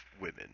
women